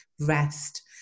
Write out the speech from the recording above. rest